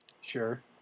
Sure